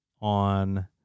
on